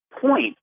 point